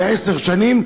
בעשר שנים,